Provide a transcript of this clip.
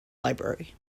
library